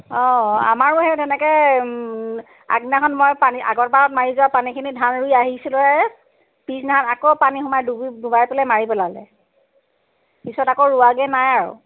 অঁ আমাৰো সেই তেনেকৈ আগদিনাখন মই পানী আগৰ বাৰত মাৰি যোৱা পানীখিনি ধান ৰুই আহিছিলোঁহে পিছদিনাখন আকৌ পানী সোমাই ডুবি ডুবাই পেলাই মাৰি পেলালে পিছত আকৌ ৰুৱাগৈ নাই আৰু